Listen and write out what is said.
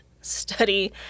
study